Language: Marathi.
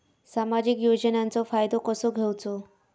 सामाजिक योजनांचो फायदो कसो घेवचो?